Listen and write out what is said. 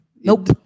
Nope